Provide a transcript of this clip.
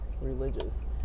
religious